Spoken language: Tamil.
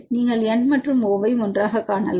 நீங்கள் N மற்றும் O ஐ ஒன்றாகக் காணலாம்